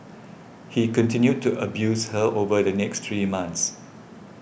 he continued to abuse her over the next three months